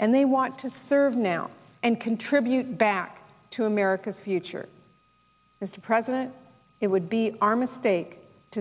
and they want to serve now and contribute back to america's future as the president it would be our mistake to